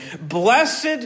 Blessed